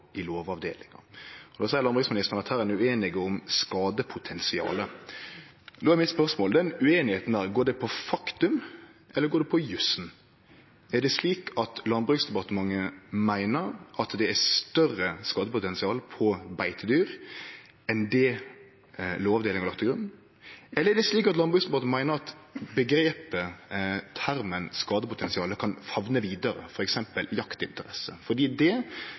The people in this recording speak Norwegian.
i Lovavdelinga. Her seier landbruksministeren at ein er ueinig om skadepotensialet. Då er mitt spørsmål: Gjeld den ueinigheita faktum, eller gjeld det jussen? Er det slik at Landbruksdepartementet meiner at det er større skadepotensial på beitedyr enn det Lovavdelinga har lagt til grunn? Eller er det slik at Landbruksdepartementet meiner omgrepet – termen – «skadepotensial» kan famne vidare, f.eks. jaktinteresse? For det